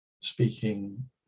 speaking